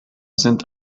sind